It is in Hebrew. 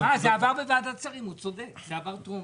עבר בוועדת שרים, הוא צודק, זה עבר טרומית,